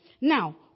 Now